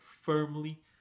firmly